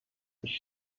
ich